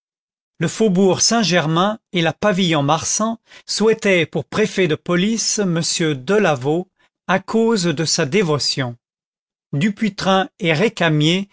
le faubourg saint-germain et la pavillon marsan souhaitaient pour préfet de police m delaveau à cause de sa dévotion dupuytren et